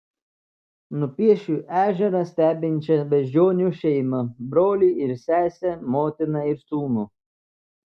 nupiešiu ežerą stebinčią beždžionių šeimą brolį ir sesę motiną ir sūnų